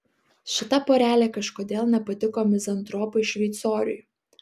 šita porelė kažkodėl nepatiko mizantropui šveicoriui